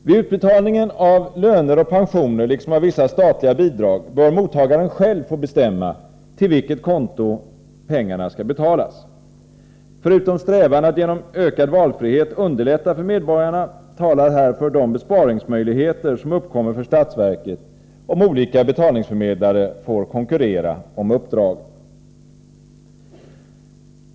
Vid utbetalningen av löner och pensioner, liksom av vissa statliga bidrag, bör mottagaren själv få bestämma till vilket konto pengarna skall betalas. Förutom strävan att genom ökad valfrihet underlätta för medborgarna talar härför de besparingsmöjligheter som uppkommer för statsverket om olika betalningsförmedlare får konkurrera om uppdragen.